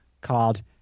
called